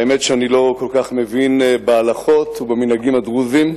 האמת שאני לא כל כך מבין בהלכות ובמנהגים הדרוזיים,